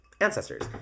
ancestors